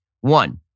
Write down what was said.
One